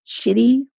shitty